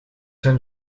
zijn